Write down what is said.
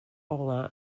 olau